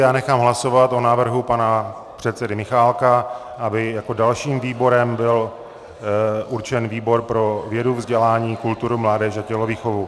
Já nechám hlasovat o návrhu pana předsedy Michálka, aby jako dalším výborem byl určen výbor pro vědu, vzdělání, kulturu, mládež a tělovýchovu.